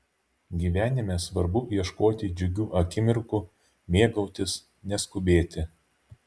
gyvenime svarbu ieškoti džiugių akimirkų mėgautis neskubėti